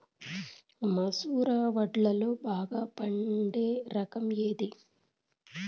మసూర వడ్లులో బాగా పండే రకం ఏది?